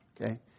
Okay